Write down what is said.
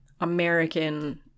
American